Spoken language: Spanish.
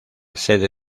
sede